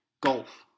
golf